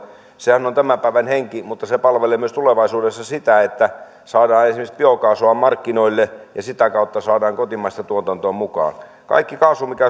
sehän on tämän päivän henki mutta se palvelee myös tulevaisuudessa sitä että saadaan esimerkiksi biokaasua markkinoille ja sitä kautta saadaan kotimaista tuotantoa mukaan kaikki kaasu mikä